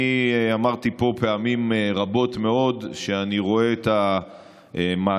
אני אמרתי פה פעמים רבות מאוד שאני רואה את המעשים,